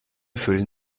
füllen